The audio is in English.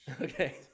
okay